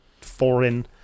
foreign